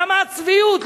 למה הצביעות?